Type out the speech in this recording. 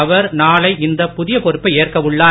அவர் நாளை இந்த புதிய பொறுப்பை ஏற்க உள்ளார்